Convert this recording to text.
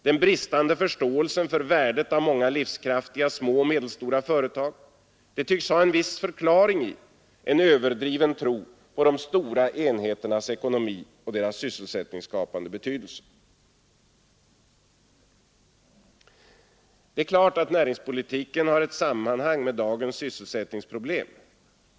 Den bristande förståelsen för värdet av många livskraftiga små och medelstora företag tycks ha en viss förklaring i en överdriven tro på de stora enheternas ekonomi och sysselsättningsskapande betydelse. Det är klart att näringspolitiken har samband med dagens sysselsättningsproblem.